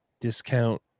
discount